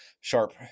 sharp